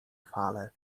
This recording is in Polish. fale